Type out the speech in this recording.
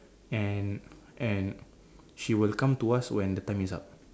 and and she will come to us when the time is up